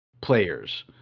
players